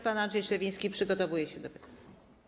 Pan poseł Andrzej Szewiński przygotowuje się do pytania.